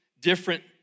different